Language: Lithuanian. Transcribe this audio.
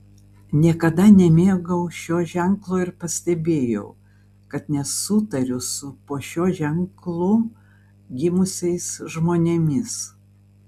niekada nemėgau šio ženklo ir pastebėjau kad nesutariu su po šiuo ženklu gimusiais žmonėmis